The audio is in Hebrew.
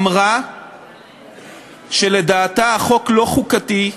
אמרה שלדעתה החוק לא חוקתי,